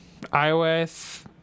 iOS